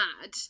mad